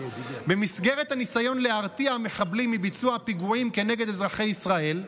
במסגרת הניסיון להרתיע מחבלים מביצוע פיגועים כנגד אזרחי ישראל,